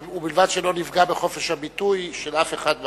ובלבד שלא נפגע בחופש הביטוי של אף אחד בכנסת,